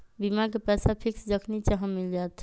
बीमा के पैसा फिक्स जखनि चाहम मिल जाएत?